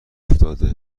افتاده